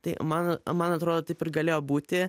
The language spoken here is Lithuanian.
tai man man atrodo taip ir galėjo būti